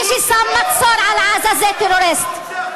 מי ששם מצור על עזה, זה טרוריסט.